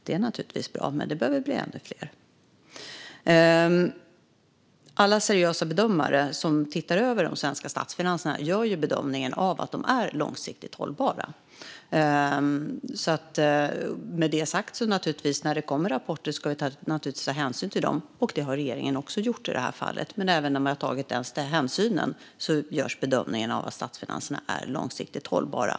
Det är naturligtvis bra, men det behöver bli ännu fler. Alla seriösa bedömare som ser över de svenska statsfinanserna gör bedömningen att de är långsiktigt hållbara. Med det sagt ska vi naturligtvis ta hänsyn till rapporter som kommer, och det har regeringen också gjort i detta fall. Även när vi har tagit sådana hänsyn görs bedömningen att statsfinanserna är långsiktigt hållbara.